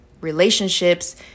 relationships